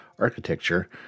architecture